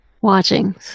watching